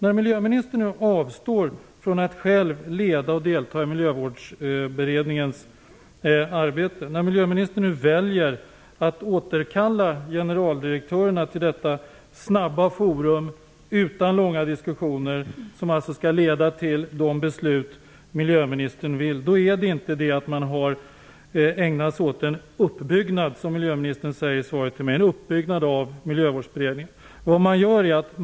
När miljöministern avstår från att själv leda och delta i Miljövårdsberedningens arbete, när miljöministern väljer att återkalla generaldirektörerna till detta snabba forum utan långa diskussioner, som skall leda till de beslut miljöministern vill ha, då har det inte skett någon uppbyggnad av beredningen.